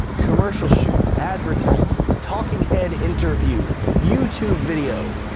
commercial shoots, advertisements, talking head interviews, youtube videos,